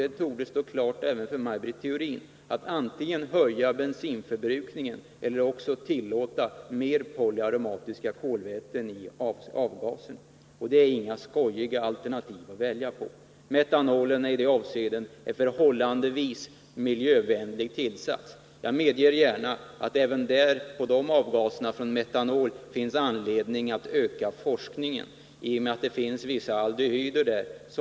Det torde stå klart, även för Maj Britt Theorin, att vi annars får välja mellan att höja bensinförbrukningen och att tillåta mer av polyaromatiska kolväten i avgaserna, och det är inga trevliga alternativ att välja mellan. Metanolen är i det avseendet en förhållandevis miljövänlig tillsats, men jag medger gärna att det finns anledning att öka forskningen även på avgaserna från metanol, eftersom det i dessa finns vissa aldehyder.